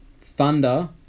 Thunder